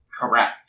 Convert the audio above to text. Correct